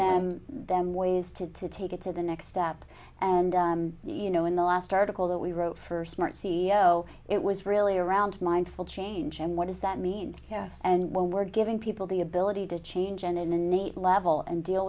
them them ways to take it to the next step and you know in the last article that we wrote for smart c e o it was really around mindful change and what does that mean yes and when we're giving people the ability to change an innate level and deal